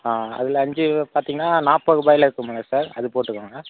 ஆ அதில் அஞ்சு பார்த்திங்கனா நாற்பது ரூபாயில் இருக்குமுல்ல சார் அது போட்டுக்கோங்க